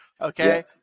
Okay